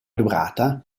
durata